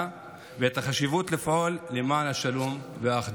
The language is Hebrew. ואת החשיבות לפעול למען השלום והאחדות.